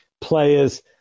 players